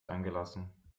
angelassen